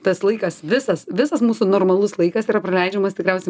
tas laikas visas visas mūsų normalus laikas yra praleidžiamas tikriausiai